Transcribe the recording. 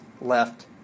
left